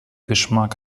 geschmack